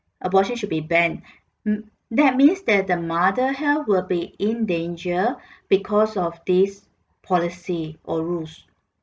abortion should be banned mm that means that the mother health will be in danger because of this policy or rules